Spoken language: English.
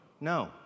No